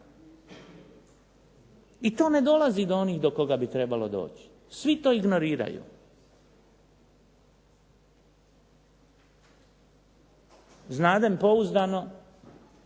I to ne dolazi do onih do koga bi trebalo doći. Svi to ignoriraju. Znadem pouzdano